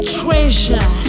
treasure